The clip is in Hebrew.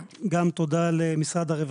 אם הם נותנים רק את תוספת השכר ועדיין כל